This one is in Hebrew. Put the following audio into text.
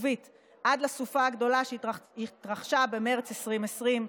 תודה רבה, אדוני היושב-ראש, אדוני השר.